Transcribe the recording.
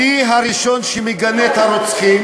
אני הראשון שמגנה את הרוצחים.